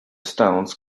stones